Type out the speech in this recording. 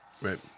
right